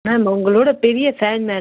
ma'am உங்களோட பெரிய fan madam நான்